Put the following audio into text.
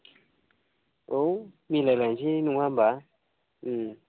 औ मिलायलायनोसै नङा होमब्ला